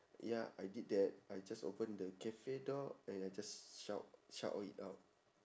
ya I did that I just open the cafe door and I just shout shout it out